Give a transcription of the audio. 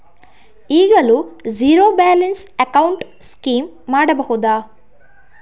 ಈಗಲೂ zero balance account scheme ಮಾಡಬಹುದಾ?